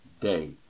day